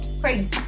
crazy